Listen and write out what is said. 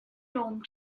dom